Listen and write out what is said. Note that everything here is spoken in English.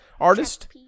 artist